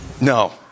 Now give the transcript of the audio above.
No